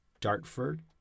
Dartford